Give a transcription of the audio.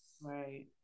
Right